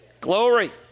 Glory